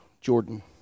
Jordan